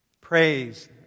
Praise